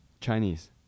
Chinese